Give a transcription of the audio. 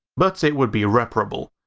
but it would be reparable,